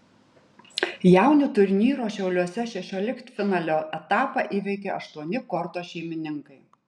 jaunių turnyro šiauliuose šešioliktfinalio etapą įveikė aštuoni korto šeimininkai